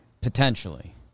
Potentially